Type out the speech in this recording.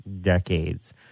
decades